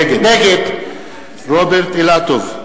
נגד רוברט אילטוב,